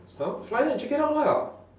well fly there and check it out lah